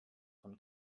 von